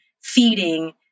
feeding